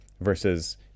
versus